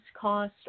cost